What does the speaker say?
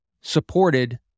supported